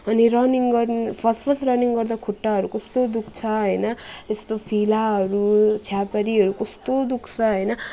अनि रनिङ गर्न first first running गर्दा खुट्टाहरू कस्तो दुख्छ होइन यस्तो फिलाहरू छेपारीहरू कस्तो दुख्छ होइन